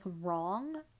wrong